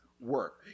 work